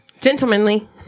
Gentlemanly